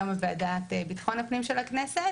היום עם ועדת ביטחון הפנים של הכנסת.